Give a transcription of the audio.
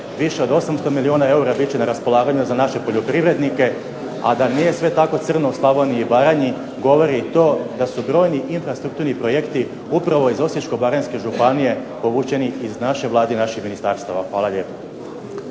Više od 800 milijuna eura bit će na raspolaganju za naše poljoprivrednike. A da nije sve tako crno u Slavoniji i Baranji govori i to da su brojni infrastrukturni projekti upravo iz Osječko-baranjske županije povućeni iz naše Vlade i iz naših ministarstava. Hvala lijepo.